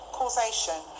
causation